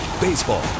Baseball